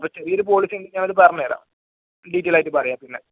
അപ്പം ചെറിയൊരു പോളിസി നിങ്ങൾക്ക് അത് പറഞ്ഞ് തരാം ഡീറ്റൈൽ ആയിട്ട് പറയാം പിന്നെ